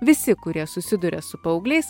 visi kurie susiduria su paaugliais